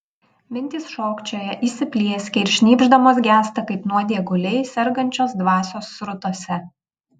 mintys šokčioja įsiplieskia ir šnypšdamos gęsta kaip nuodėguliai sergančios dvasios srutose